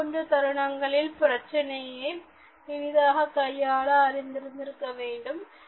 இது போன்ற தருணங்களில் பிரச்சினையை எளிதாக கையாள அறிந்திருக்க வேண்டும்